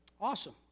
Awesome